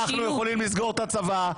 אנחנו יכולים לסגור את הצבא.